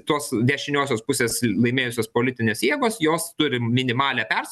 tos dešiniosios pusės laimėjusios politinės jėgos jos turi minimalią pers